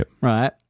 right